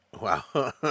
Wow